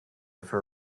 for